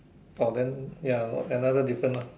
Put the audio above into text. orh then ya another different ah